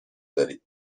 دارید